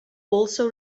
also